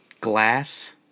Glass